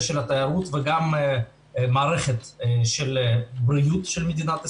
התיירות וגם את מערכת הבריאות של מדינת ישראל.